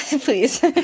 Please